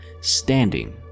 standing